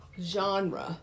genre